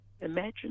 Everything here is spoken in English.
imagine